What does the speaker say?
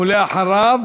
ולאחריו,